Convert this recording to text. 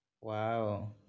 Wow